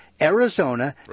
Arizona